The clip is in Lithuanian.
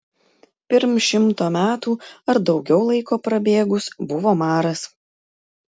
pirm šimto metų ar daugiau laiko prabėgus buvo maras